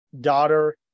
daughter